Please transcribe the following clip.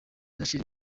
rachel